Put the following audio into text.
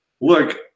Look